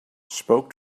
spoke